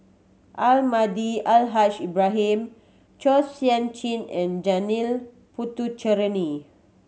Almahdi Al Haj Ibrahim Chua Sian Chin and Janil Puthucheary